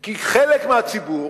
כי חלק מהציבור